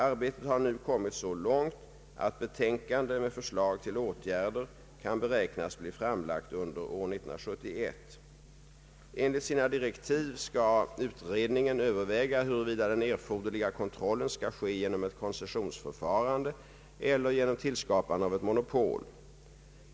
Arbetet har nu kommit så långt att betänkande med förslag till åtgärder kan beräknas bli framlagt under år 1971. Enligt sina direktiv skall utredningen överväga huruvida den erforderliga kontrollen skall ske genom ett koncessionsförfarande eller genom tillskapande av ett monopol.